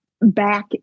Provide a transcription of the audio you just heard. back